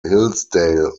hillsdale